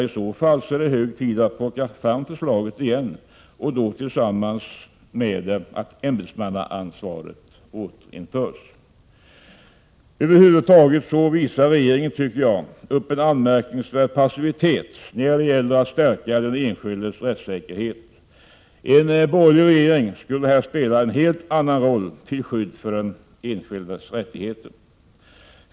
I så fall är det hög tid att plocka fram förslaget igen, då tillsammans med ämbetsmannaansvarets återinförande. Över huvud taget visar regeringen upp en anmärkningsvärd passivitet när det gäller att stärka den enskildes rättssäkerhet. En borgerlig regering skulle här spela en helt annan roll till skydd för den enskildes rättigheter.